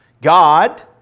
God